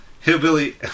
Hillbilly